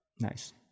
Nice